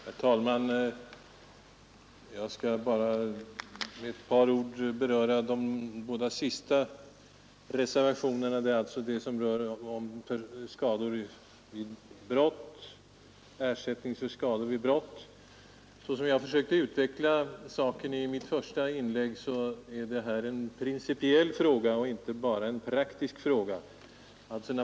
Herr talman! Jag skall bara med ett par ord beröra de båda sista reservationerna, alltså de som rör statlig ersättning för skador på grund av brott och till i tjänsten skadade polismän. Såsom jag försökte utveckla saken i mitt första inlägg gäller det här en principiell fråga och inte bara en praktisk fråga.